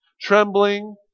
Trembling